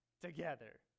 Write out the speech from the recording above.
together